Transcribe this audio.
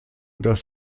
das